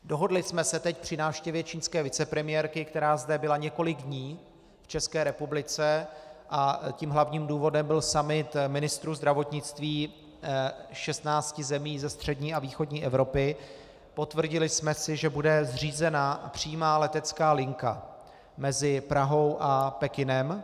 Dohodli jsme se teď při návštěvě čínské vicepremiérky, která byla několik dní zde v České republice, a tím hlavním důvodem byl summit ministrů zdravotnictví 16 zemí ze střední a východní Evropy, potvrdili jsme si, že bude zřízena přímá letecká linka mezi Prahou a Pekingem.